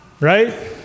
right